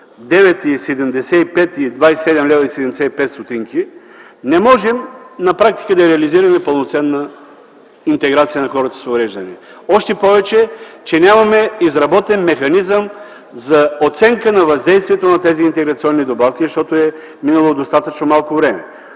9,75 и 27,75 лв., на практика не можем да реализираме пълноценна интеграция на хората с увреждания. Още повече, че нямаме изработен механизъм за оценка на въздействието на тези интеграционни добавки, защото е минало достатъчно малко време.